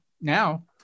now